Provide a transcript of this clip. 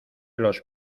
los